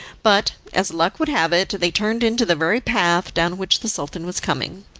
but, as luck would have it, they turned into the very path down which the sultan was coming.